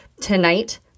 tonight